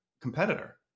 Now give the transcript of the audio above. competitor